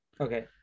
okay